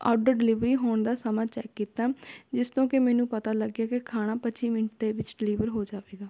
order delivery ਹੋਣ ਦਾ ਸਮਾਂ ਚੈੱਕ ਕੀਤਾ ਜਿਸ ਤੋਂ ਕਿ ਮੈਨੂੰ ਪਤਾ ਲੱਗਿਆ ਕਿ ਖਾਣਾ ਪੱਚੀ ਮਿੰਟ ਦੇ ਵਿੱਚ ਡਿਲੀਵਰ ਹੋ ਜਾਵੇਗਾ